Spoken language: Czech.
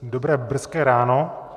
Dobré brzké ráno.